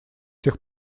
тех